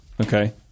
Okay